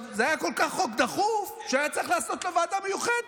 זה היה חוק כל כך דחוף שהיה צריך לעשות לו ועדה מיוחדת.